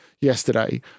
yesterday